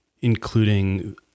including